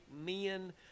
men